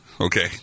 okay